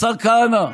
השר כהנא,